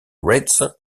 reds